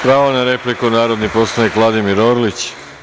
Pravo na repliku, narodni poslanik Vladimir Orlić.